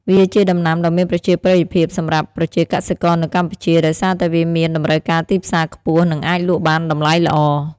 វាជាដំណាំដ៏មានប្រជាប្រិយភាពសម្រាប់ប្រជាកសិករនៅកម្ពុជា ដោយសារតែវាមានតម្រូវការទីផ្សារខ្ពស់ និងអាចលក់បានតម្លៃល្អ។